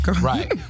right